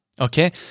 Okay